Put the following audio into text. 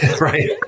Right